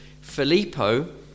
Filippo